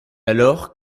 alors